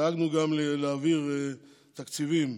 דאגנו גם להעביר תקציבים,